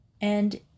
and